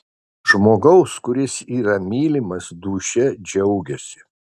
žmogaus kuris yra mylimas dūšia džiaugiasi